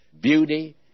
Beauty